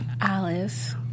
Alice